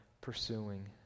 pursuing